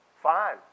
Fine